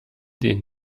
den